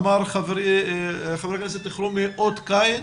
אמר חבר הכנסת אלחרומי, אות קין.